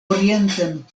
orienten